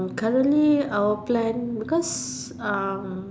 currently our plan because